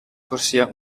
corsia